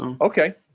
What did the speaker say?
Okay